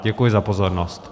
Děkuji za pozornost.